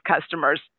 customers